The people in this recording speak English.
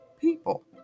people